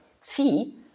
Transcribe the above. fee